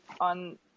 on